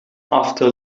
after